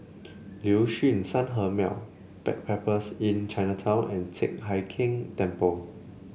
Liuxun Sanhemiao Backpackers Inn Chinatown and Teck Hai Keng Temple